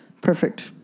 perfect